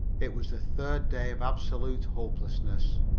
it was the third day of absolute hopelessness.